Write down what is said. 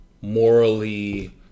morally